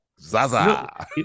Zaza